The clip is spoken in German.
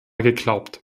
geglaubt